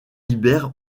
libère